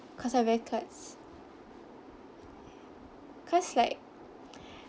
cause I very klutz cause like